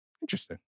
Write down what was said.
Interesting